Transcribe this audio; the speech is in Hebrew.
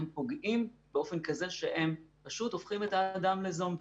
הם פוגעים באופן כזה שהם פשוט הופכים את האדם לזומבי.